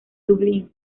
dublín